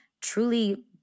truly